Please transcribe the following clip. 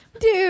Dude